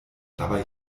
dabei